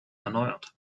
erneuert